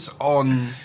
on